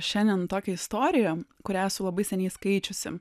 šiandien tokią istoriją kurią esu labai seniai skaičiusi